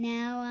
Now